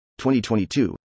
2022